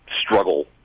struggle